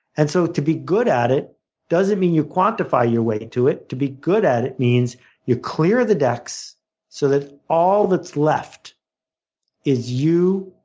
and so to be good at it doesn't mean you quantify your way to it to be good at it means you clear the decks so that all that's left is you